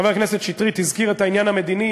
חבר הכנסת שטרית הזכיר את העניין המדיני,